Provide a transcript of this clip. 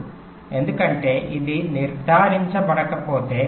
కాబట్టి ఈ clock network అనుసరించాల్సిన లేదా నిర్ధారించాల్సిన ఒక లక్షణం ఇది